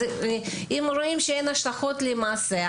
אם רואים שאין השלכות למעשים כאלה,